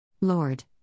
Lord